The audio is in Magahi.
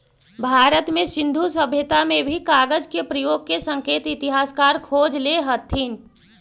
भारत में सिन्धु सभ्यता में भी कागज के प्रयोग के संकेत इतिहासकार खोजले हथिन